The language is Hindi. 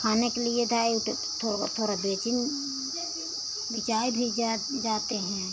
खाने के लिए दाइट थोड़ा थोड़ा बेचिन बिचाय भी जात जाते हैं